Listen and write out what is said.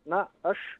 na aš